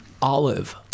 Olive